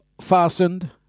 fastened